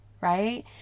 right